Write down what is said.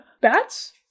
bats